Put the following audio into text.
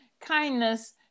kindness